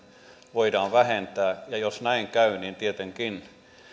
voidaan vähentää jos näin käy niin tietenkin